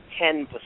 10%